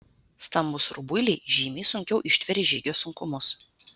stambūs rubuiliai žymiai sunkiau ištveria žygio sunkumus